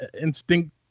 instinct